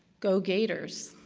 go gators.